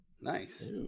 Nice